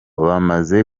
bamaze